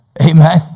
Amen